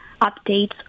updates